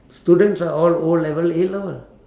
students are all O level A level